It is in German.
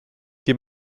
die